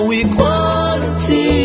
equality